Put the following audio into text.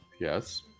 Yes